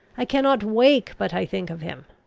i cannot wake but i think of him.